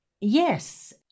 Yes